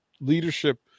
leadership